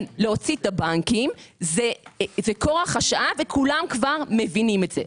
להוציא את הבנקים זה כורח השעה וכולם מבינים את זה.